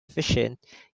efficient